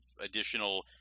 additional